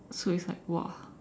so it's like !wah!